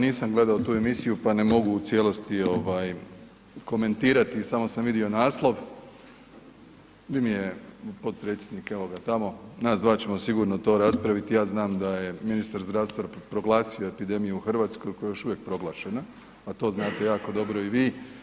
Nisam gledao tu emisiju pa ne mogu u cijelosti komentirati, samo sam vidio naslov. … potpredsjednike, evo ga tamo, nas dva ćemo to sigurno raspraviti, ja znam da je ministar zdravstva proglasio epidemiju u Hrvatskoj koja je još uvijek proglašena, a to znate jako dobro i vi.